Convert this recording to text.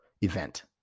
event